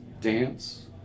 dance